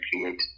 create